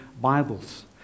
Bibles